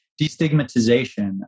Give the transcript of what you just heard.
destigmatization